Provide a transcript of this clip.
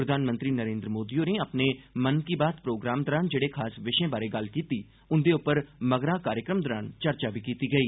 प्रधानमंत्री नरेन्द्र मोदी होरें अपने मन की बात प्रोग्राम दौरान जेह्ड़े खास विशें बारै गल्ल कीती उंदे उप्पर मगरा चर्चा बी कीती गेई